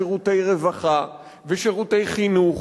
שירותי רווחה ושירותי חינוך,